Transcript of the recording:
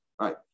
Right